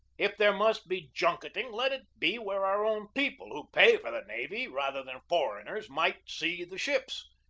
if there must be junketing, let it be where our own people, who pay for the navy, rather than foreigners, might see the ships.